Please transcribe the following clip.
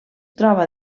troba